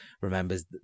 remembers